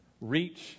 reach